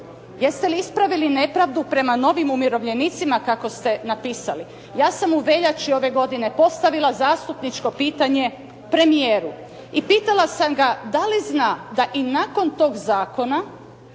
Jeste li ispravili nepravdu prema novim umirovljenicima kako ste napisali? Ja sam u veljači ove godine postavila zastupničko pitanje premijeru i pitala sam ga da li zna da i nakon tog zakona